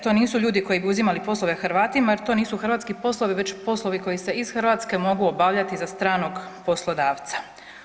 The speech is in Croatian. To nisu ljudi koji bi uzimali poslove Hrvatima jer to nisu hrvatski poslovi već poslovi koji se iz Hrvatske mogu obavljati za stranog poslodavca.